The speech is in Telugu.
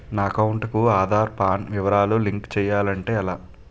నా అకౌంట్ కు ఆధార్, పాన్ వివరాలు లంకె ఎలా చేయాలి?